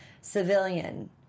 civilian